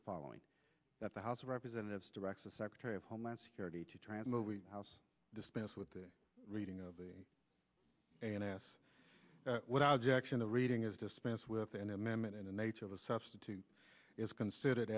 the following that the house of representatives directs the secretary of homeland security to try and move house dispense with the reading of the an ass without jackson the reading is dispensed with an amendment in the nature of a substitute is considered